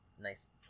nice